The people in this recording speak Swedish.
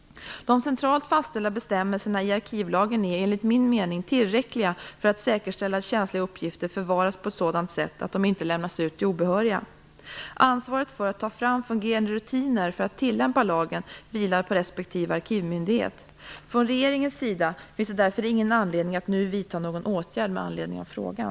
De centralt fastställda bestämmelserna i arkivlagen är - enligt min mening - tillräckliga för att säkerställa att känsliga uppgifter förvaras på ett sådant sätt att de inte lämnas ut till obehöriga. Ansvaret för att ta fram fungerande rutiner för att tillämpa lagen vilar på respektive arkivmyndighet. Från regeringens sida finns det därför ingen anledning att nu vidta någon åtgärd med anledning av frågan.